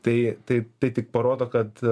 tai tai tai tik parodo kad